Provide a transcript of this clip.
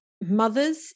mothers